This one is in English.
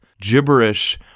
gibberish